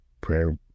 Prayer